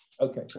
Okay